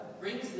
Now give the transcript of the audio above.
brings